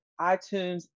iTunes